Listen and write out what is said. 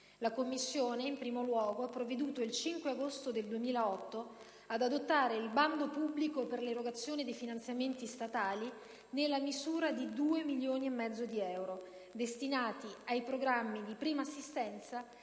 La Commissione, in primo luogo, ha provveduto, il 5 agosto 2008, ad adottare il bando pubblico per l'erogazione dei finanziamenti statali, nella misura di 2,5 milioni di euro, destinati ai programmi di prima assistenza